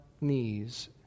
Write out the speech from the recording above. knees